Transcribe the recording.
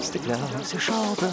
stikle šalta